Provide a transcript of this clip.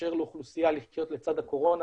לאפשר לאוכלוסיה לחיות לצד הקורונה,